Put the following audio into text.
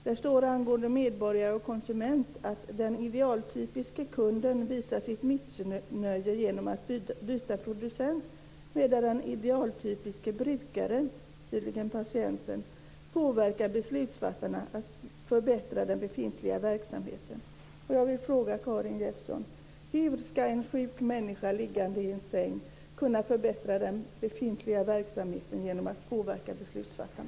Där står det angående medborgare och konsument att den idealtypiske kunden visar sitt missnöje genom att byta producent, medan den idealtypiske brukaren - tydligen patienten - påverkar beslutsfattarna att förbättra den befintliga verksamheten.